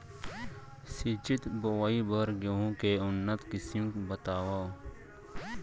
सिंचित बोआई बर गेहूँ के उन्नत किसिम बतावव?